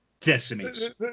decimates